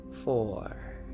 four